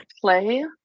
Play